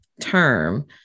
term